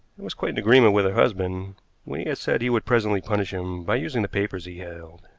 and was quite in agreement with her husband when he said he would presently punish him by using the papers he held.